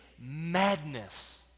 madness